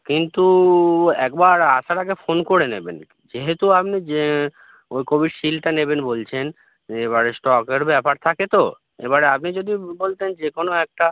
কিন্তু একবার আসার আগে ফোন করে নেবেন যেহেতু আপনি যে ওই কোভিশিল্ডটা নেবেন বলছেন এবারে স্টকের ব্যাপার থাকে তো এবারে আপনি যদি বলতেন যে কোনো একটা